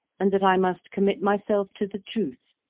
and that i must commit myself to the truth,